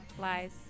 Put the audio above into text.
Lies